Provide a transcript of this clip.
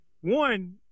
one